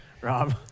Rob